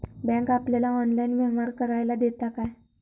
Bank आपल्याला online व्यवहार करायला देता काय?